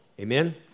Amen